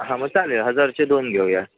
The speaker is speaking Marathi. हां मग चालेल हजारचे दोन घेऊया